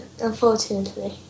unfortunately